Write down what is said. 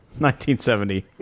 1970